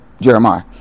Jeremiah